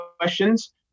questions